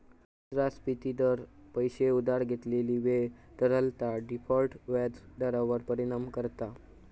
मुद्रास्फिती दर, पैशे उधार घेतलेली वेळ, तरलता, डिफॉल्ट व्याज दरांवर परिणाम करता